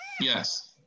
Yes